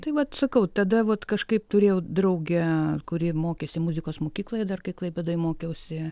tai vat sakau tada vat kažkaip turėjau draugę kuri mokėsi muzikos mokykloj dar kai klaipėdoj mokiausi